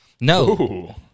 No